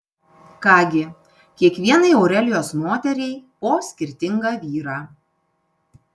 ką gi kiekvienai aurelijos moteriai po skirtingą vyrą